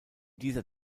dieser